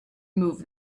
move